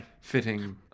fitting